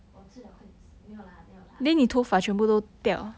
我吃 liao 快点死没有 lah 没有 lah